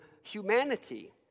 humanity